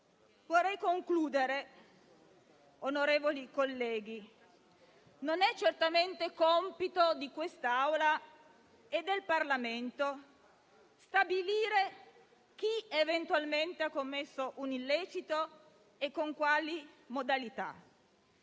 solo alcuni casi. Onorevoli colleghi, non è certamente compito di quest'Assemblea e del Parlamento stabilire chi eventualmente ha commesso un illecito e con quali modalità.